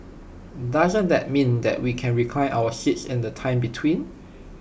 doesn't that mean that we can recline our seats in the time between